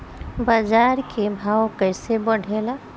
बाजार के भाव कैसे बढ़े ला?